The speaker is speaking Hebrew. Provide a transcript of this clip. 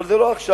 אבל זה לא עכשיו,